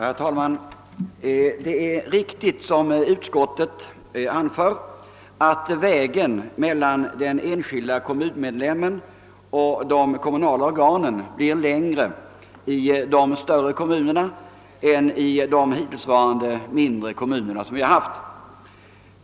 Herr talman! Det är riktigt som utskottsmajoriteten anför att vägen mellan den enskilde kommunmedlemmen och de kommunala organen blir längre i de större kommunerna än den varit i de hittillsvarande mindre kommunerna.